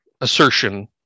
assertion